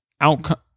outcome